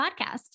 podcast